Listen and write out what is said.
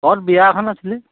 অঁ বিয়া এখন আছিলে